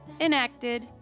enacted